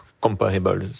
comparable